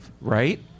Right